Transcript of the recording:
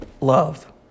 love